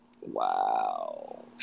Wow